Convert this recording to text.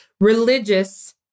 religious